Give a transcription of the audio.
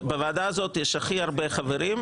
בוועדה הזאת יש הכי הרבה חברים,